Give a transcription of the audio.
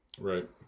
right